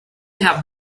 have